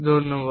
ধন্যবাদ